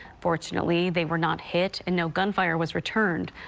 fortunately, they were not hit and no gunfire was returned.